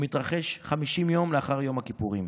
המתרחש 50 יום לאחר יום הכיפורים